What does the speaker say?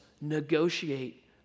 negotiate